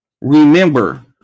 remember